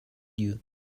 you